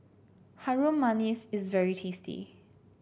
Harum Manis is very tasty